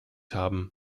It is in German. haben